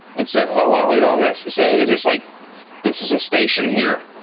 and so, oh wow, look at all this. so is this like this is a station here.